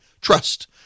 Trust